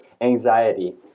anxiety